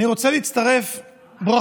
אני רוצה להצטרף לברכות,